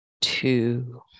Two